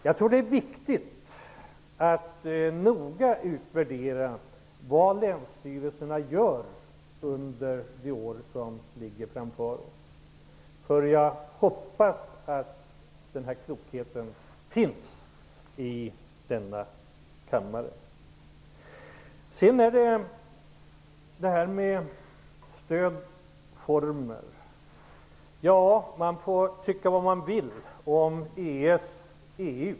Jag tror att det är viktigt att noga utvärdera vad länsstyrelserna gör under de år som ligger framför oss. Jag hoppas att det finns en sådan klokhet i denna kammare. Sedan skall jag ta upp detta med stödformer. Man får tycka vad man vill om EES/EU.